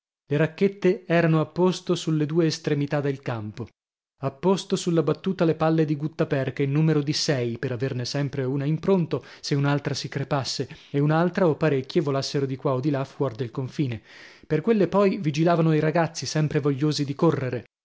le racchette erano a posto sulle due estremità del campo a posto sulla battuta le palle di guttaperca in numero di sei per averne sempre una in pronto se un'altra si crepasse e un'altra o parecchie volassero di qua o di là fuor del confine per quelle poi vigilavano i ragazzi sempre vogliosi di correre